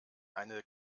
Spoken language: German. eine